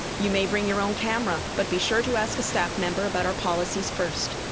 you may bring your own camera, but be sure to ask a staff member about our policies first!